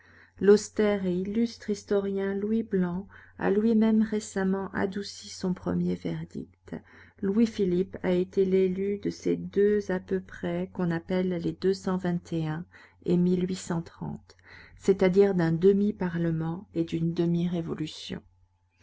l'austère et illustre historien louis blanc a lui-même récemment adouci son premier verdict louis-philippe a été l'élu de ces deux à peu près qu'on appelle les et c'est-à-dire d'un demi parlement et d'une